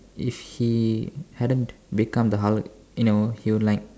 if he hadn't become the Hulk you know he would like